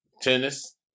tennis